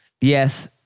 yes